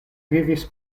vivis